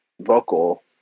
vocal